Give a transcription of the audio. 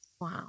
Wow